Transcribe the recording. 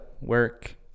work